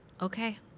Okay